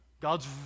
God's